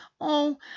Oh